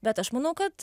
bet aš manau kad